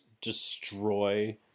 destroy